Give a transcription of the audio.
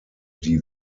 die